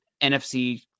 NFC